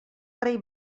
rei